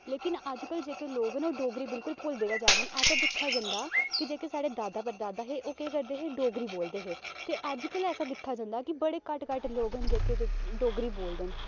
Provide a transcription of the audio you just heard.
लेकिन अज्जकल जेह्के लोग न ओह् डोगरी बिलकुल भुलदे गै जा दे न ऐसा दिक्खेआ जंदा कि जेह्के साढ़े दादा परदादा हे ओह् केह् करदे हे डोगरी बोलदे हे ते अज्जकल ऐसा दिक्खेआ जंदा कि बड़े घट्ट घट्ट लोग न जेह्के डोगरी बोलदे न